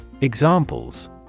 Examples